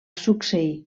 succeir